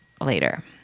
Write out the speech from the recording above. later